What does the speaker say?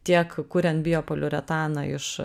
tiek kuriant biopoliuretaną iš